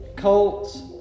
Colts